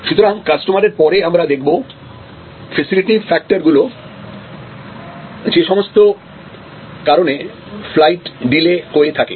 সুতরাং কাস্টমারের পরে আমরা দেখব ফেসিলিটি ফ্যাক্টরগুলোযে সমস্ত কারণে ফ্লাইট ডিলে হয়ে থাকে